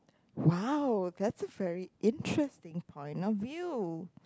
!wow! that's a very interesting point of view